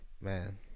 man